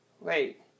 Wait